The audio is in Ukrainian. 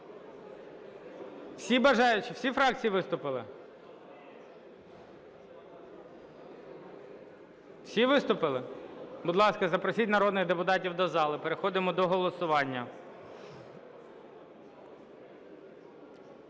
вас досвід є. Всі фракції виступили? Всі виступили? Будь ласка, запросіть народних депутатів до залу, переходимо до голосування.